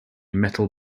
metal